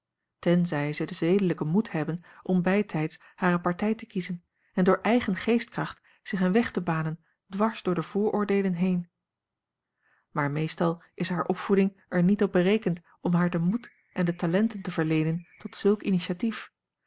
tenzij ze den zedelijken moed hebben om bijtijds hare partij te kiezen en door eigen geestkracht zich een weg te banen dwars door de vooroordeelen heen maar meestal is hare opvoeding er niet op berekend om haar den moed en de talenten te verleenen tot zulk initiatief